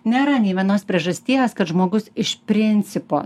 nėra nė vienos priežasties kad žmogus iš principo